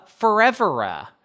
forevera